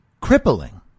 crippling